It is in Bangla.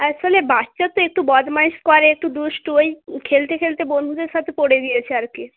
আসলে বাচ্চা তো একটু বদমাইশি করে একটু দুষ্টু ওই খেলতে খেলতে বন্ধুদের সাথে পড়ে গিয়েছে আর কি